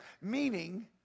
Meaning